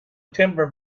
timber